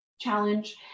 challenge